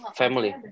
family